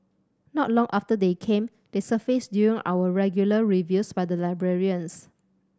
not long after they came they surfaced during our regular reviews by the librarians